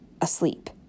asleep